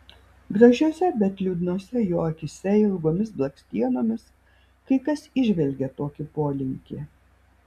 gražiose bet liūdnose jo akyse ilgomis blakstienomis kai kas įžvelgia tokį polinkį